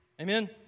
Amen